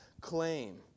claim